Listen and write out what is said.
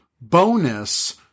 bonus